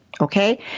Okay